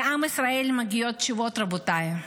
לעם ישראל מגיעות תשובות, רבותיי.